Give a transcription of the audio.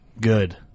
good